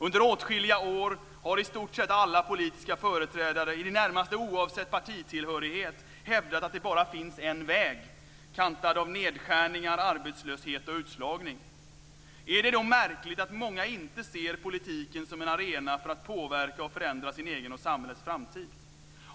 Under åtskilliga år har i stort sett alla politiska företrädare, i det närmaste oavsett partitillhörighet, hävdat att det bara finns en väg, kantad av nedskärningar, arbetslöshet och utslagning. Är det då märkligt att många inte ser politiken som en arena för att påverka och förändra sin egen och samhällets framtid?